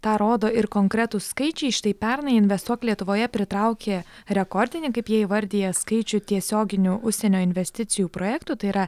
tą rodo ir konkretūs skaičiai štai pernai investuok lietuvoje pritraukė rekordinį kaip jie įvardija skaičių tiesioginių užsienio investicijų projektų tai yra